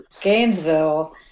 Gainesville